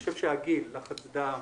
הגיל, לחץ דם,